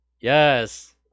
yes